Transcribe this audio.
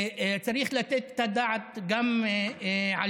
צריך לתת את הדעת גם עליהן.